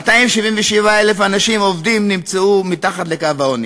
277,000 אנשים עובדים נמצאו מתחת לקו העוני.